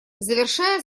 завершая